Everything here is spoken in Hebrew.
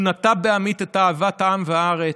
הוא נטע בעמית את אהבת העם והארץ.